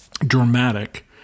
dramatic